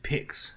Picks